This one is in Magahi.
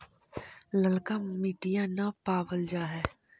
ललका मिटीया न पाबल जा है?